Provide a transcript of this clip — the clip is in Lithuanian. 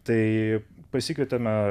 tai pasikvietėme